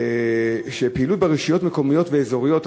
שהפעילות ברשויות מקומיות ואזוריות,